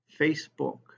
Facebook